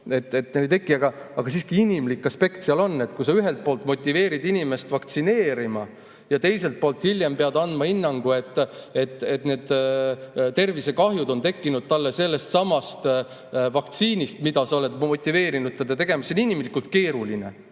Aga siiski inimlik aspekt seal on: kui sa ühelt poolt motiveerid inimest vaktsineerima ja teiselt poolt hiljem pead andma hinnangu, et need tervisekahjud on tekkinud talle sellestsamast vaktsiinist, mida sa ise oled motiveerinud teda tegema, siis see on inimlikult keeruline.